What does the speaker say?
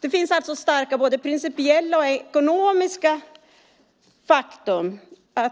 Det finns alltså starka både principiella och ekonomiska skäl för